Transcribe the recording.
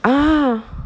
ah